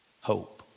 hope